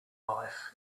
life